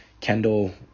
kendall